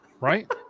Right